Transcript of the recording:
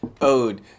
Ode